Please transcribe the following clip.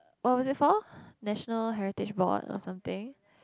what was it for National-Heritage-Board or something